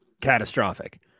catastrophic